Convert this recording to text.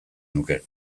nuke